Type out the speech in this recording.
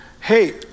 hey